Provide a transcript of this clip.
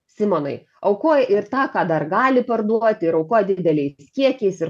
simonai aukoja ir tą ką dar gali parduoti ir aukoja dideliais kiekiais ir